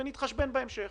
ונתחשבן בהמשך.